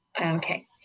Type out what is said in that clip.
Okay